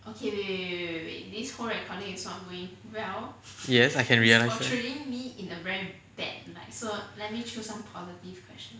yes I can realise that